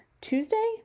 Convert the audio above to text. Tuesday